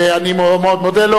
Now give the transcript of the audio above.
ואני מאוד מודה לו.